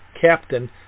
Captain